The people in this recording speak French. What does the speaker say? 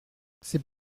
c’est